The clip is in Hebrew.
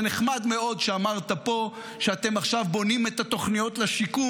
זה נחמד מאוד שאמרת פה שעכשיו אתם בונים את התוכניות לשיקום.